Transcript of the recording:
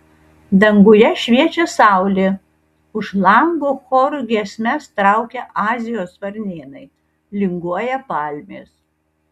danguje šviečia saulė už lango choru giesmes traukia azijos varnėnai linguoja palmės